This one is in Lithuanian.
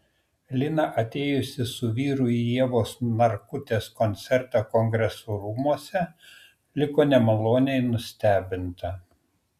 lina atėjusi su vyru į ievos narkutės koncertą kongresų rūmuose liko nemaloniai nustebinta